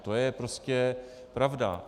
To je prostě pravda.